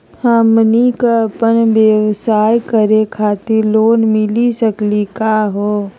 हमनी क अपन व्यवसाय करै खातिर लोन मिली सकली का हो?